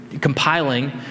compiling